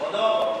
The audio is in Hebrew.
כבודו.